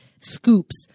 Scoops